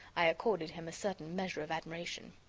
i accorded him a certain measure of admiration.